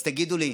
אז תגידו לי,